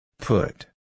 Put